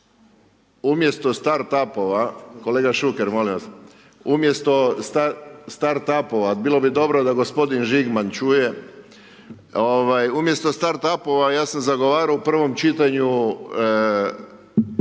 Umjesto start-up-ova, kolega Šuker molim vas, umjesto start-up-ova, bilo bi dobro da gospodin Žigman čuje, umjesto star-up-ova ja sam zagovarao u prvom čitanju